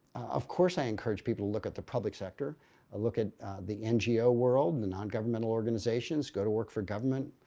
of course i encourage people to look at the public sector and look at the ngo world, the non-governmental organizations, go to work for government.